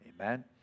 Amen